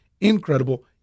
incredible-